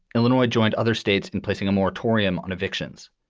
illinois joined other states in placing a moratorium on evictions.